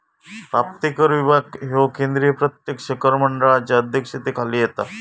प्राप्तिकर विभाग ह्यो केंद्रीय प्रत्यक्ष कर मंडळाच्या अध्यक्षतेखाली येता